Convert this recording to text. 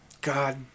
god